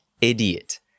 idiot